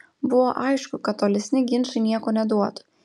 buvo aišku kad tolesni ginčai nieko neduotų